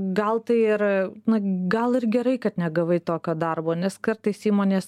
gal tai ir na gal ir gerai kad negavai tokio darbo nes kartais įmonės